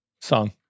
song